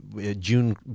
June